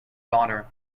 daughter